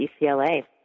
UCLA